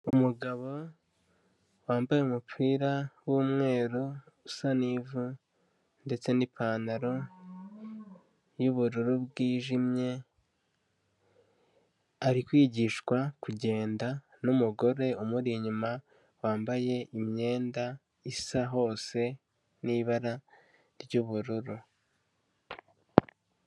Umugabo wambaye umupira w'umweru usa n'ivu ndetse n'ipantaro y'ubururu bwijimye, ari kwigishwa kugenda n'umugore umuri inyuma wambaye imyenda isa hose n'ibara ry'ubururu.